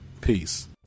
Peace